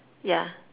yeah